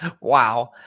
Wow